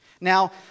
Now